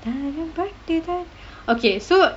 okay so